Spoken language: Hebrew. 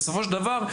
בסופו של דבר,